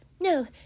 no